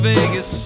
Vegas